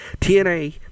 TNA